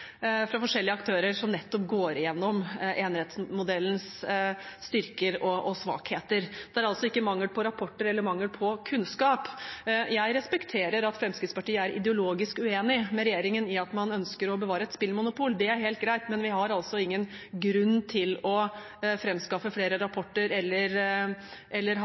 fra forskjellige aktører som nettopp går igjennom enerettsmodellens styrker og svakheter. Det er altså ikke mangel på rapporter eller mangel på kunnskap. Jeg respekterer at Fremskrittspartiet er ideologisk uenig med regjeringen i at man ønsker å bevare et spillmonopol. Det er helt greit, men vi har altså ingen grunn til å framskaffe flere rapporter eller ha